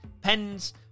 pens